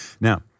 Now